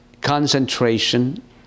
concentration